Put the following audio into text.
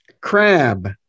Crab